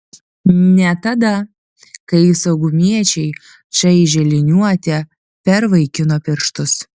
ne tada kai saugumiečiai čaižė liniuote per vaikino pirštus